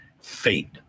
Fate